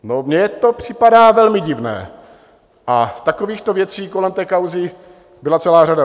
No, mně to připadá velmi divné, a takovýchto věcí kolem této kauzy byla celá řada.